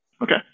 Okay